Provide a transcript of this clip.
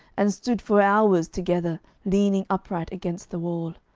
and stood for hours together leaning upright against the wall,